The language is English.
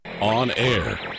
On-air